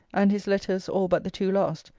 and his letters all but the two last,